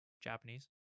Japanese